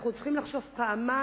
אנחנו צריכים לחשוב פעמיים.